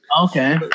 Okay